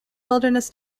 wilderness